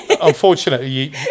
unfortunately